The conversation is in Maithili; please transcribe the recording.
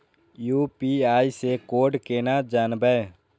यू.पी.आई से कोड केना जानवै?